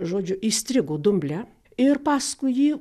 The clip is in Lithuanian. žodžiu įstrigo dumble ir paskui jį